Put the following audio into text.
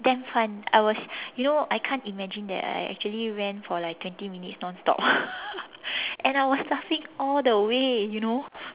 damn fun I was you know I can't imagine that I actually ran for like twenty minutes non stop and I was laughing all the way you know